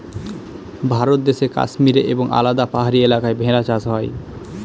ভারত দেশে কাশ্মীরে এবং আলাদা পাহাড়ি এলাকায় ভেড়া চাষ হয়